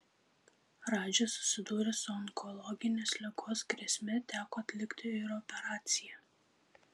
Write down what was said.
radžis susidūrė su onkologinės ligos grėsme teko atlikti ir operaciją